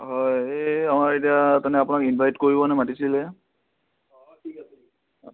হয় এই আমাৰ এতিয়া তেনেে আপোনাক ইনভাইট কৰিবলে মাতিছিলে অঁ ঠিক আছে